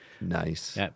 Nice